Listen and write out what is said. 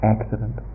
Accident